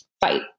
fight